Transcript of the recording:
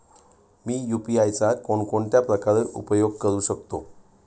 मी UPI चा कोणकोणत्या प्रकारे उपयोग करू शकतो?